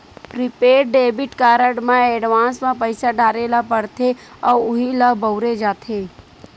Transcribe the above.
prepaid debit card म advance म पइसा डारे ल परथे अउ उहीं ल बउरे जाथे